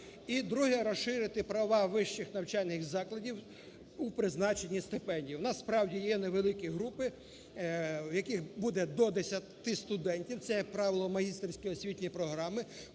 І друге – розширити права вищих навчальних закладів у призначенні стипендій. У нас, справді, є невеликі групи, в яких буде до 10 студентів, це, як правило, магістерські освітні програми,